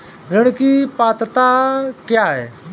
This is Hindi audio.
ऋण की पात्रता क्या है?